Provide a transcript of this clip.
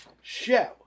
show